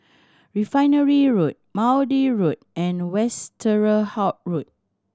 Refinery Road Maude Road and Westerhout Road